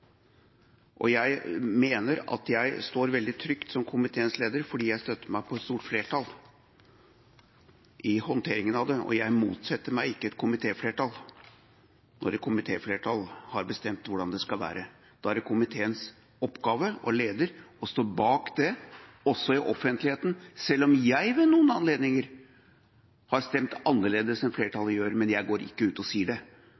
står veldig trygt som komiteens leder, fordi jeg støtter meg på et stort flertall i håndteringen av det, og jeg motsetter meg ikke et komitéflertall. Når et komitéflertall har bestemt hvordan det skal være, er det komiteens og komiteens leders oppgave å stå bak det også i offentligheten – selv om jeg ved noen anledninger har stemt annerledes enn flertallet gjør. Men jeg går ikke ut og sier det,